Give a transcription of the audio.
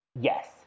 Yes